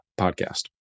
Podcast